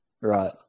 Right